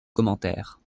commentaires